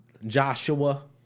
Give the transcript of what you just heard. joshua